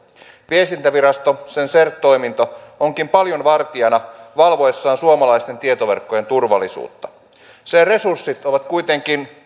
viestintävirasto sen cert toiminto onkin paljon vartijana valvoessaan suomalaisten tietoverkkojen turvallisuutta sen resurssit ovat kuitenkin